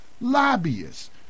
lobbyists